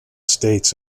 states